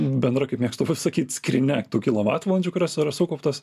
bendra kaip mėgstu pasakyt skrynia tų kilovatvalandžių kurios yra sukauptos